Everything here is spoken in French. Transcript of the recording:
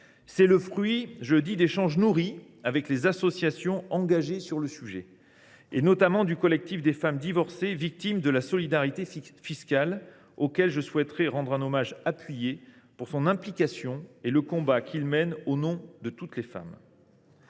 C’est le fruit d’échanges nourris avec les associations engagées sur le sujet, notamment le collectif des femmes divorcées victimes de la solidarité fiscale, auquel je rends un hommage appuyé pour son implication et le combat qu’il mène au nom de toutes les femmes.